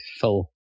full